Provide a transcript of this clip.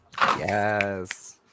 yes